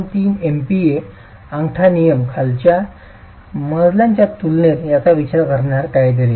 3 MPa अंगठा नियम खालच्या मजल्यांच्या तुलनेत याचा विचार करण्यासारखे काहीतरी आहे